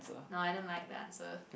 no I don't like the answer